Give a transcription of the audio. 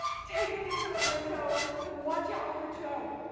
take a different window and watch out for joe.